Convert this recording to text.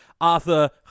arthur